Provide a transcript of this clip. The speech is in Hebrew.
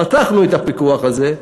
פתחנו את הפיקוח על זה,